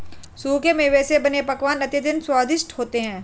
सूखे मेवे से बने पकवान अत्यंत स्वादिष्ट होते हैं